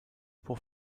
pour